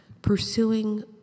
pursuing